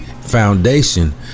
foundation